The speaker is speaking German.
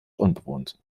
unbewohnt